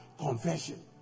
confession